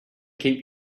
keep